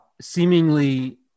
seemingly